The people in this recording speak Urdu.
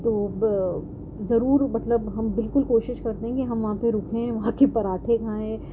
تو ضرور مطلب ہم بالکل کوشش کرتے ہیں کہ ہم وہاں پہ رکیں وہاں کے پراٹھے کھائیں